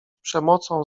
przemocą